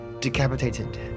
decapitated